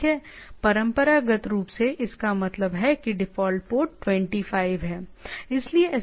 परंपरागत रूप से इसका मतलब है कि डिफ़ॉल्ट पोर्ट 25 है